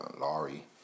Laurie